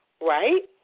Right